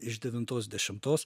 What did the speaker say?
iš devintos dešimtos